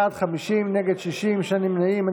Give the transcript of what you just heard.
בעד, 50, נגד, 60, שני נמנעים.